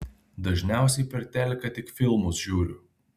dažniausiai per teliką tik filmus žiūriu